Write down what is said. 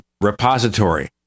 repository